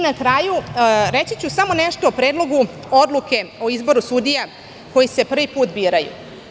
Na kraju, reći ću samo nešto o Predlogu odluke o izboru sudija koji se prvi put biraju.